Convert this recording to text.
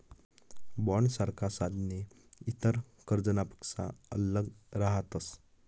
बॉण्डसारखा साधने इतर कर्जनापक्सा आल्लग रहातस